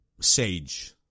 Sage